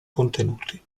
contenuti